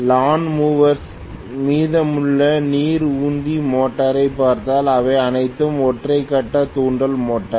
லான் mowers மீதமுள்ள நீர் உந்தி மோட்டரைப் பார்த்தால் அவை அனைத்தும் ஒற்றை கட்ட தூண்டல் மோட்டார்